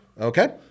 Okay